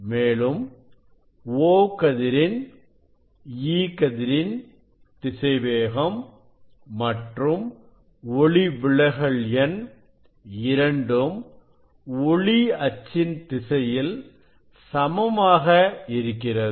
மேலும் O கதிரின் E கதிரின் திசைவேகம் மற்றும் ஒளிவிலகல் எண் இரண்டும் ஒளி அச்சின் திசையில் சமமாக இருக்கிறது